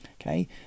Okay